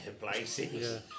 places